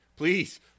Please